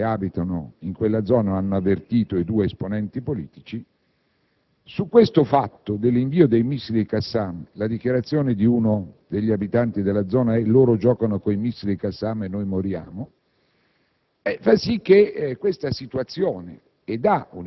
ma perché la popolazione, e quindi coloro che abitano la zona, hanno avvertito i due esponenti politici. Su questo fatto dell'invio dei missili Qassam la dichiarazione di uno degli abitanti «Loro giocano coi missili e noi moriamo»